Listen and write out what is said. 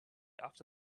after